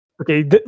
Okay